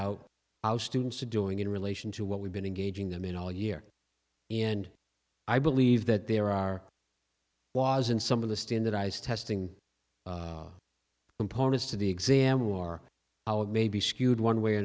out how students to doing in relation to what we've been engaging them in all year and i believe that there are laws and some of the standardized testing components to the exam or may be skewed one way or